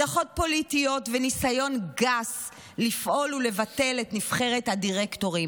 הדחות פוליטיות וניסיון גס לפעול ולבטל את נבחרת הדירקטורים,